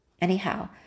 Anyhow